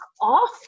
off